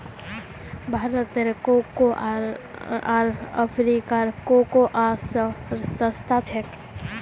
भारतेर कोकोआ आर अफ्रीकार कोकोआ स सस्ता छेक